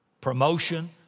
promotion